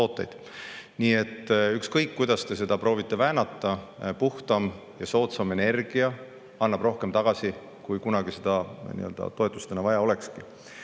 Nii et ükskõik kuidas te seda proovite väänata, puhtam ja soodsam energia annab rohkem tagasi, kui nii-öelda toetustena kunagi